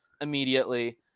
immediately